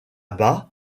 bas